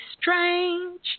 strange